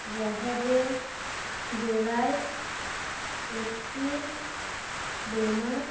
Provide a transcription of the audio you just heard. জাহাজের গড়ায় একটি বোমা